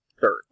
Third